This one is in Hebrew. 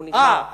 אה,